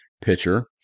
pitcher